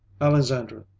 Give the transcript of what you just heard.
Alexandra